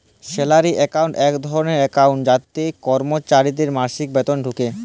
salary account এক ধরলের account যাতে করমচারিদের মাসিক বেতল ঢুকে